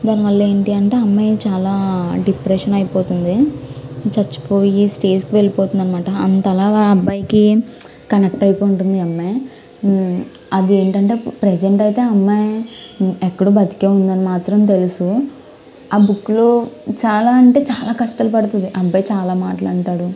దాని వల్ల ఏంటి అంటే అమ్మాయి చాలా డిప్రెషన్ అయిపోతుంది చచ్చిపోయి స్టేజ్కి వెళ్ళిపోతుందన్నమాట అంతలా అబ్బాయికి కనెక్ట్ అయిఉంటుంది ఈ అమ్మాయి అదేంటంటే ప్రజెంట్ అయితే ఈ అమ్మాయి ఎక్కడో బ్రతికే ఉందని మాత్రం తెలుసు ఆ బుక్ లో చాలా అంటే చాలా కష్టాలు పడుతది ఆ అబ్బాయి చాలా మాటలంటాడు